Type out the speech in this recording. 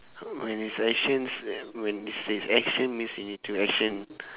when it's actions and when it says action means you need to action